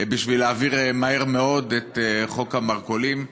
בשביל להעביר מהר מאוד את חוק המרכולים.